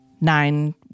nine